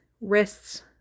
wrists